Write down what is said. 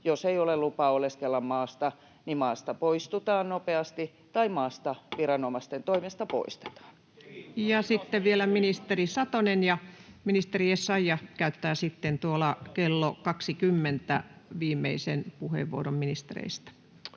jos ei ole lupaa oleskella maassa, maasta poistutaan nopeasti tai maasta viranomaisten toimesta poistetaan. Sitten vielä ministeri Satonen, ja ministeri Essayah käyttää sitten kello 20 ministereistä